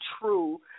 true